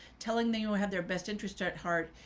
telling them you have their best interests at heart.